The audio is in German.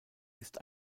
ist